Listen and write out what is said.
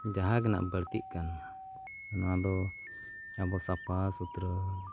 ᱡᱟᱦᱟᱸ ᱜᱮᱦᱟᱸᱜ ᱵᱟᱹᱲᱛᱤᱜ ᱠᱟᱱ ᱱᱚᱣᱟᱫᱚ ᱟᱵᱚ ᱥᱟᱯᱷᱟ ᱥᱩᱛᱨᱚ